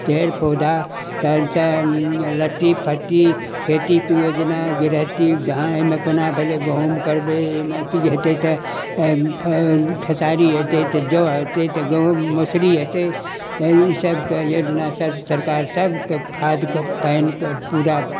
पेड़ पौधा तखनसँ लत्ती फत्ती खेतीक योजना गृहस्थी धान एहिमे कोना भेलै गहुम करबै एहिमे की हेतै तऽ खेसारी हेतै तऽ जौ हेतै तऽ गहुम मसुरी हेतै ई सभके योजनासभ सरकार सभकेँ खादके पानिके पूरा